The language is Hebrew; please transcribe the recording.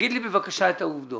תגיד לי בבקשה את העובדות.